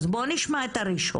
אז בואי שנשמע את הראשון,